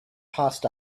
passed